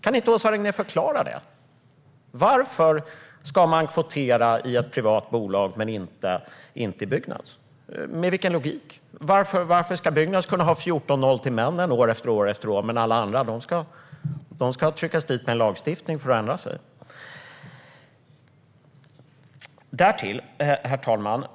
Kan Åsa Regnér förklara varför man ska ha kvotering i ett privat bolag men inte i Byggnads? Vad är det för logik? Varför ska Byggnads ha 14-0 till männen år efter år, men alla andra ska tryckas dit genom lagstiftning för att ändra sig?